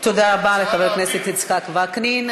תודה רבה לחבר הכנסת יצחק וקנין.